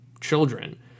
children